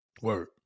Word